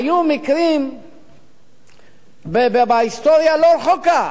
היו מקרים בהיסטוריה הלא-רחוקה,